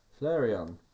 Flareon